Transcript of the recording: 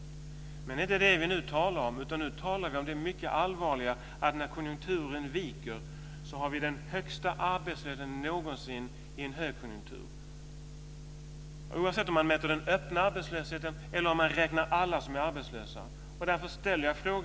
Men det är inte det vi nu talar om, utan nu talar vi om det mycket allvarliga att när konjunkturen viker har vi den högsta arbetslösheten någonsin i en högkonjunktur oavsett om man mäter den öppna arbetslösheten eller om man räknar alla som är arbetslösa.